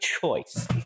choice